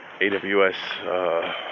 AWS